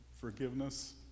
forgiveness